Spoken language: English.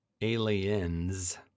aliens